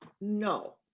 no